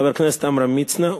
חבר הכנסת עמרם מצנע,